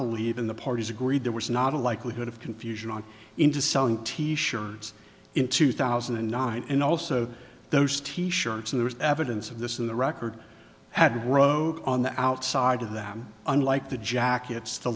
believe in the parties agreed there was not a likelihood of confusion on into selling t shirts in two thousand and nine and also those t shirts and there is evidence of this in the record had rode on the outside of them unlike the jackets the